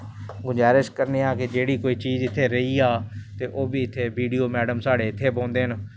गुज़ारिश करने आं कि जेह्ड़ी चीज़ इत्थें रेही जा ते ओह् बी इत्थें साढ़े बी डी ओ मैड़म साढ़े इत्थें बौंह्दे न